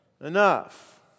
enough